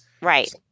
Right